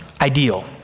ideal